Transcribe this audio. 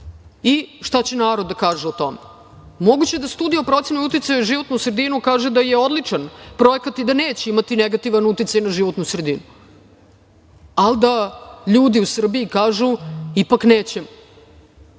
i šta će narod da kaže o tome. Moguće da studija o proceni uticaja na životnu sredinu kaže da je odličan projekat i da neće imati negativan uticaj na životnu sredinu, ali da ljudi u Srbiji kažu ipak nećemo